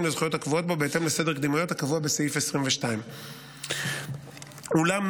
לזכויות הקבועות בו בהתאם לסדר קדימויות הקבוע בסעיף 22. ואולם,